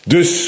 Dus